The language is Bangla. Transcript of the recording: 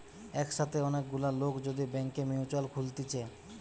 একসাথে অনেক গুলা লোক যদি ব্যাংকে মিউচুয়াল খুলতিছে